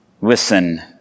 Listen